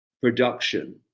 production